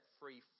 free